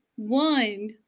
One